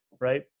Right